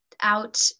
out